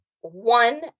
one